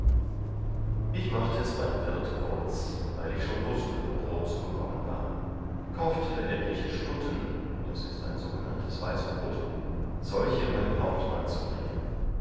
ich machte es beim wirt kurz weil ich schon wußte wo brot zu bekommen war kaufte etliche stutten das ist ein so genanntes weißbrot solche meinem hauptmann zu bringen